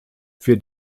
für